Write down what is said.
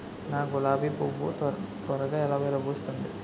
నా గులాబి పువ్వు ను త్వరగా ఎలా విరభుస్తుంది?